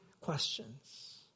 questions